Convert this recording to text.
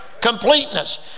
completeness